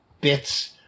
bits